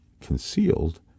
concealed